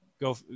go